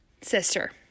sister